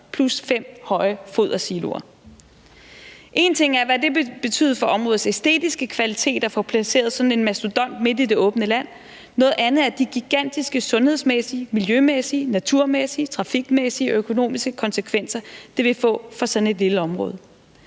plus fem høje fodersiloer. Én ting er, hvad det vil betyde for områdets æstetiske kvalitet at få placeret sådan en mastodont midt i det åbne land, noget andet er de gigantiske sundhedsmæssige, miljømæssige, naturmæssige, trafikmæssige og økonomiske konsekvenser, det vil få for sådan et lille område.